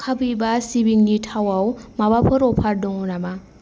कापिवा सिबिंनि थावआव माबाफोर अफार दङ नामा